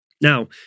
Now